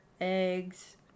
eggs